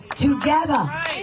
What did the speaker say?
Together